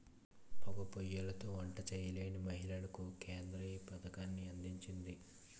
పోగా పోయ్యిలతో వంట చేయలేని మహిళలకు కేంద్రం ఈ పథకాన్ని అందించింది